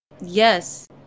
Yes